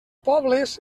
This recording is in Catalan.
pobles